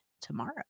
tomorrow